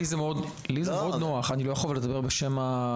לי זה מאוד נוח, אבל אני לא יכול לדבר בשם המל"ג.